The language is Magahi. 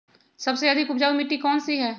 सबसे अधिक उपजाऊ मिट्टी कौन सी हैं?